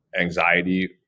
anxiety